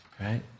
right